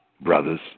Brothers